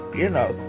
you know.